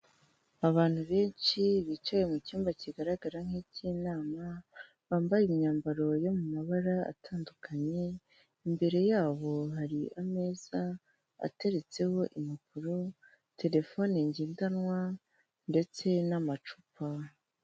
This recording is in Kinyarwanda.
Abantu benshi bicaye mu cyumba kigaragara nk'icy'inama, bambaye imyambaro yo mu mabara atandukanye, imbere yabo hari ameza ateretseho impapuro, telefone ngendanwa, ndetse n'amacupa.